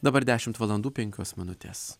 dabar dešimt valandų penkios minutės